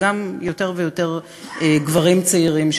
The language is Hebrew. וגם יותר ויותר גברים צעירים,